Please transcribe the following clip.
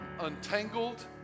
untangled